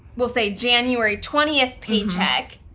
we'll say january twentieth paycheck,